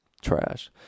Trash